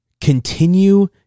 continue